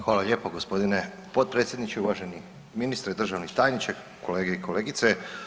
Hvala lijepo g. potpredsjedniče, uvaženi ministre, državni tajniče, kolege i kolegice.